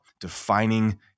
defining